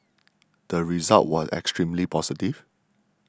the result was extremely positive